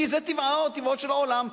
כי זה טבעו של העולם,